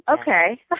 okay